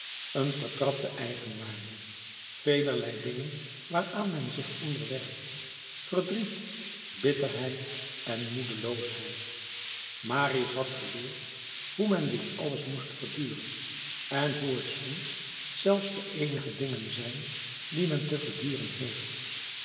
een vertrapte eigenwaarde velerlei dingen waaraan men zich onderwerpt verdriet bitterheid en moedeloosheid marius had geleerd hoe men dit alles moest verduren en hoe het soms zelfs de eenige dingen zijn die men te verduren heeft